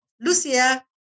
Lucia